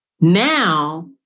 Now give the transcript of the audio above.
Now